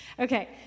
Okay